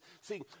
See